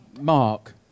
Mark